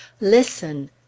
listen